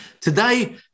Today